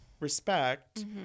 respect